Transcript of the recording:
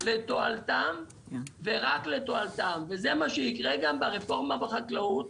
לתועלתם ורק לתועלתם וזה מה שייקרה גם ברפורמה בחקלאות,